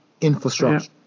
infrastructure